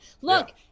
Look